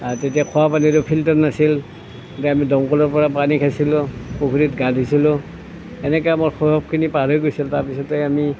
আৰু তেতিয়া খোৱা পানীৰো ফিল্টাৰ নাছিল তেতিয়া আমি দমকলৰ পৰা পানী খাইছিলোঁ পুখুৰীত গা ধুইছিলোঁ এনেকৈ আমাৰ শৈশৱখিনি পাৰ হৈ গৈছিল তাৰ পিছতেই আমি